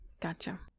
gotcha